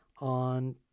on